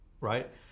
right